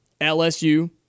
LSU